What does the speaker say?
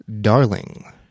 Darling